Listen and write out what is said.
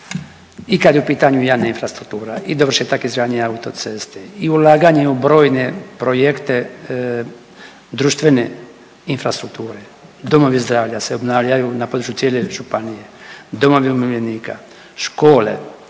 i kad je u pitanju javne infrastruktura i dovršetak izgradnje autoceste i ulaganje u brojne projekte društvene infrastrukture, domovi zdravlja se obnavljaju na području cijele županije, domovi umirovljenika, škole,